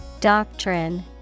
Doctrine